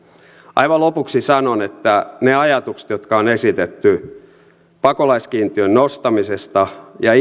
aivan lopuksi sanon että kaikki ne ajatukset jotka on esitetty pakolaiskiintiön nostamisesta ja